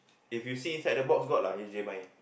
if you see inside the box got lah H_D_M_I